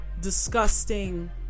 disgusting